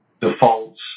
defaults